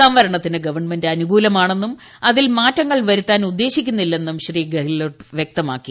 സംവരണത്തിന് government അനുകൂലമാണെന്നും അതിൽ മാറ്റങ്ങൾ വരുത്താൻ ഉദ്ദേശിക്കുന്നില്ലെന്നും ശ്രീ ഗെലോട്ട് വൃക്തമാക്കി